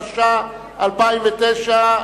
התש"ע 2009,